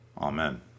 Amen